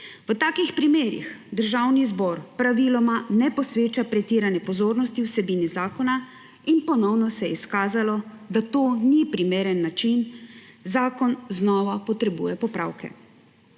V takih primerih Državni zbor praviloma ne posveča pretirane pozornosti vsebini zakona in ponovno se je izkazalo, da to ni primeren način, saj zakon znova potrebuje popravke.